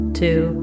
two